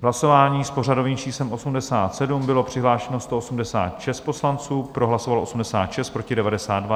Hlasování s pořadovým číslem 87, bylo přihlášeno 186 poslanců, pro hlasovalo 86, proti 92.